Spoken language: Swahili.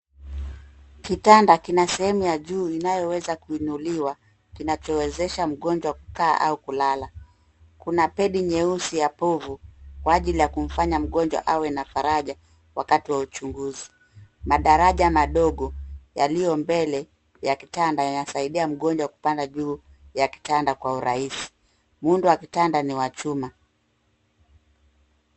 Kitanda kina sehemu ya juu inayoweza kuinuliwa kinachowezesha mgonjwa kukaa au kulala. Kuna pedi nyeusi ya povu kwa ajili ya kumfanya mgonjwa awe na faraja wakati wa uchunguzi .Madaraja madogo, yaliyo mbele ya kitanda yanasaidia mgonjwa kupanda juu ya kitanda kwa urahisi. Muundo wa kitanda ni wa chuma.